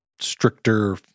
stricter